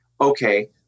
okay